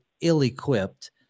ill-equipped